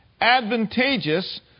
advantageous